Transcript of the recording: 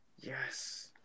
Yes